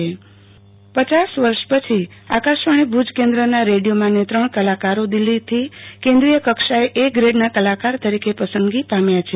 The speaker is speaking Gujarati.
આરતી ભટ આકાશવાણી ભુજ આકાશવાણી ભુજ કેન્દના રેડિયો માન્ય ત્રણ કલાકારો દિલ્હીથી કેન્દ્રીય કક્ષાએ એ ગ્રેડના કલાકાર તરીકે પસંદગી પામ્યા છે